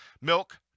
Milk